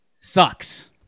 sucks